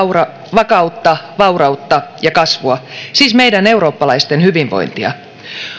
vakautta vaurautta ja kasvua siis meidän eurooppalaisten hyvinvointia